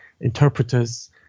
interpreters